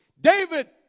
David